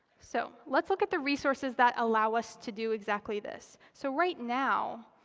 so let's look at the resources that allow us to do exactly this. so right now,